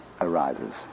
arises